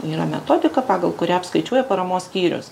yra metodika pagal kurią apskaičiuoja paramos skyrius